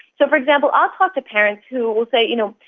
so, for example, i'll talk to parents who will say, you know,